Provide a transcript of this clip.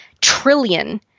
trillion